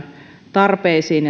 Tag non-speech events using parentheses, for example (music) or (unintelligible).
tarpeisiin (unintelligible)